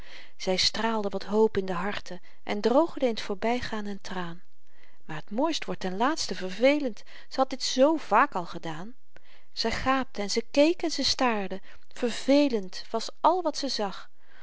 zy straalde wat hoop in de harten en droogde in t voorbygaan een traan maar t mooist wordt ten laatste vervelend ze had dit zoo vaak al gedaan zy gaapte en ze keek en ze staarde vervelend was al wat ze zag